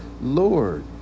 Lord